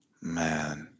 Man